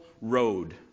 road